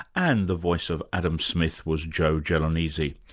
and the voice of adam smith was joe gelonesi.